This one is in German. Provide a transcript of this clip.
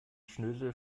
schnösel